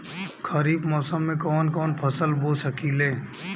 खरिफ मौसम में कवन कवन फसल बो सकि ले?